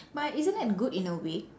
but isn't that good in a way